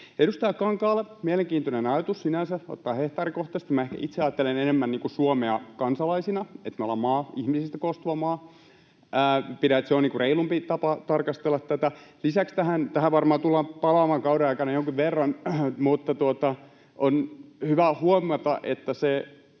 Edustaja Kankaalla oli sinänsä mielenkiintoinen ajatus ottaa hehtaarikohtaisesti. Minä ehkä itse ajattelen enemmän Suomea kansalaisina — että me olemme maa, ihmisistä koostuva maa. Pidän, että se on reilumpi tapa tarkastella tätä. Lisäksi tähän varmaan tullaan palaamaan kauden aikana jonkin verran, mutta on hyvä huomata, että